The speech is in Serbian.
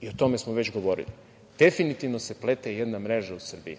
i o tome smo već govorili- definitivno se plete jedna mreža u Srbiji